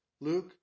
Luke